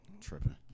Tripping